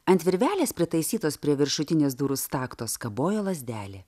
ant virvelės pritaisytos prie viršutinės durų staktos kabojo lazdelė